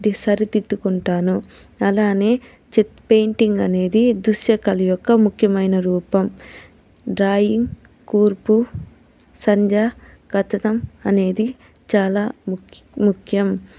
సరిదిద్దుకుంటాను అలానే చిత్ పెయింటింగ్ అనేది దృశ్యకాళయొక్క ముఖ్యమైన రూపం డ్రాయింగ్ కూర్పు సంజ్ఞ కథనం అనేది చాలా ముక్ ముఖ్యం